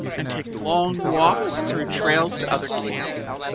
and take long walks through trails to other camps,